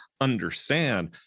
understand